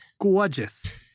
gorgeous